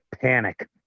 panic